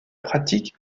pratique